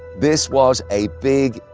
this was a big,